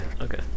Okay